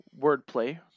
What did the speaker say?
wordplay